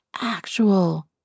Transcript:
actual